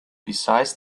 besides